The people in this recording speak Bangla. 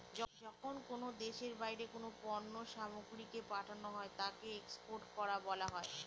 যখন কোনো দেশের বাইরে কোনো পণ্য সামগ্রীকে পাঠানো হয় তাকে এক্সপোর্ট করা বলা হয়